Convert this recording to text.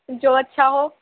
جو اچھا ہو